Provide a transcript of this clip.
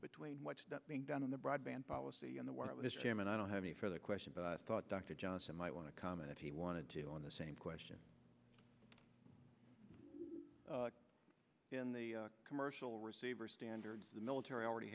between what's being done in the broadband policy and the wireless cam and i don't have any further question but i thought dr johnson might want to comment if he wanted to on the same question in the commercial receiver standards the military already